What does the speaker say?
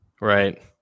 right